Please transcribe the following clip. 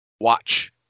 watch